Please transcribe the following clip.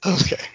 Okay